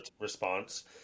response